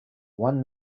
one